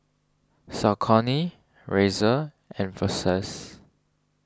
Saucony Razer and Versace